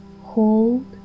hold